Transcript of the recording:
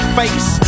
face